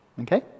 Okay